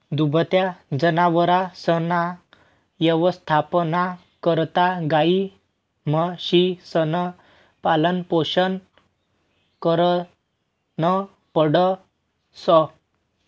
दुभत्या जनावरसना यवस्थापना करता गायी, म्हशीसनं पालनपोषण करनं पडस